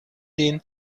den